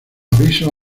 avisos